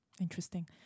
Interesting